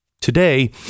Today